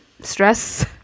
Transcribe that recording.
stress